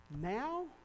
now